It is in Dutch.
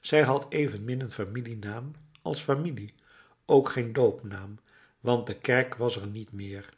zij had evenmin een familienaam als familie ook geen doopnaam want de kerk was er niet meer